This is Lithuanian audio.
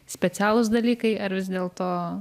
specialūs dalykai ar vis dėlto